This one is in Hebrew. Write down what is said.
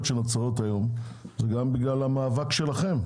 שנוצרות היום זה גם בגלל המאבק שלכם.